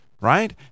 Right